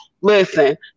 Listen